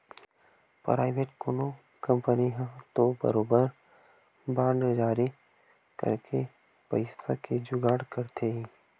private कोनो company ह तो बरोबर बांड जारी करके पइसा के जुगाड़ करथे ही